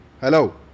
Hello